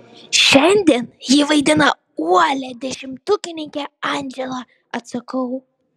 šiandien ji vaidina uolią dešimtukininkę andželą atsakau